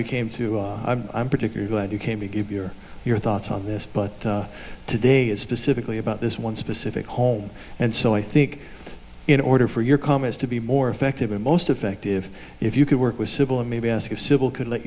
you came to i'm particularly good you came to give your your thoughts on this but today is specifically about this one specific home and so i think in order for your comments to be more effective and most effective if you could work with civil and maybe ask if civil could let